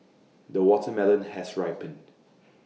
the watermelon has ripened